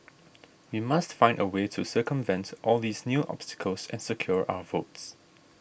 we must find a way to circumvents all these new obstacles and secure our votes